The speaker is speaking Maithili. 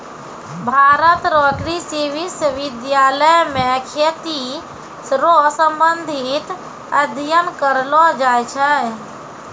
भारत रो कृषि विश्वबिद्यालय मे खेती रो संबंधित अध्ययन करलो जाय छै